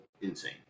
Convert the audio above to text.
insane